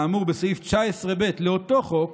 מהאמור בסעיף 19(ב) לאותו חוק